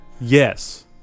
Yes